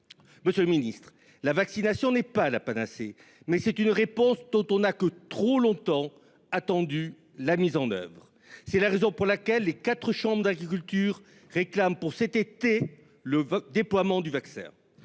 antérieurs. La vaccination n'est pas la panacée, mais c'est une réponse dont on n'a que trop longtemps attendu la mise en oeuvre. C'est la raison pour laquelle les quatre chambres d'agriculture des départements concernés réclament pour cet été le déploiement du vaccin.